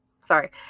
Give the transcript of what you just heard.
Sorry